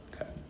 Okay